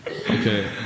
Okay